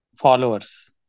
followers